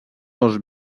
dos